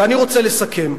ואני רוצה לסכם,